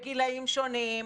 בגילאים שונים,